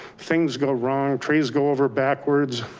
things go wrong. trees go over backwards.